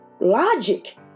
logic